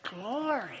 glory